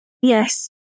Yes